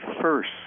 first